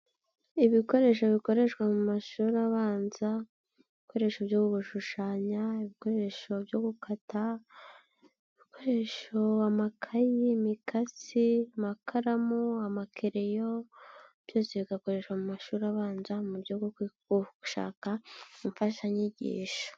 Ibikoresho bikoreshwa mu mashuri abanza, ibikoresho byo gushushanya ibikoresho byo gukata, ibikoresho amakayi, imikasi amakaramu, amakereyo byose bigakoreshwa mu mashuri abanza, mu buryo bwo gushaka imfashanyigisho.